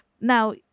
now